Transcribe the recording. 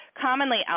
commonly